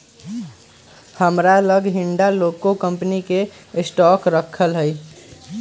हमरा लग हिंडालको कंपनी के स्टॉक राखल हइ